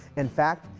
in fact,